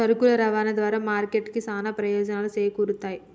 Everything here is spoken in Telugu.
సరుకుల రవాణా ద్వారా మార్కెట్ కి చానా ప్రయోజనాలు చేకూరుతయ్